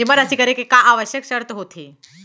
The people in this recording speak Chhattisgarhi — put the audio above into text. जेमा राशि करे के का आवश्यक शर्त होथे?